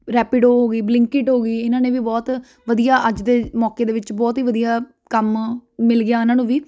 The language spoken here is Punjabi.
ਰੈਪੀਡੋ ਉਹ ਹੋ ਗਈ ਬਲਿੰਕਿਟ ਹੋ ਗਈ ਇਹਨਾਂ ਨੇ ਵੀ ਬਹੁਤ ਵਧੀਆ ਅੱਜ ਦੇ ਮੌਕੇ ਦੇ ਵਿੱਚ ਬਹੁਤ ਹੀ ਵਧੀਆ ਕੰਮ ਮਿਲ ਗਿਆ ਇਹਨਾਂ ਨੂੰ ਵੀ